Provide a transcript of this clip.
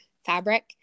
fabric